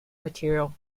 material